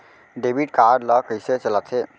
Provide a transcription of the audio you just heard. Debit card ला कइसे चलाते?